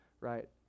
right